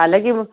हालांकि